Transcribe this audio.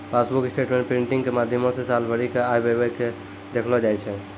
passbook statement printing के माध्यमो से साल भरि के आय व्यय के देखलो जाय छै